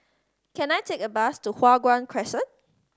can I take a bus to Hua Guan Crescent